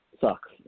sucks